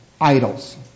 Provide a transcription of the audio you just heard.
idols